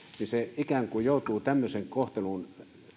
joutuu tämmöisen kohtelun